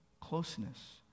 closeness